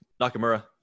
Nakamura